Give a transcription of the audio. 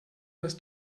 dass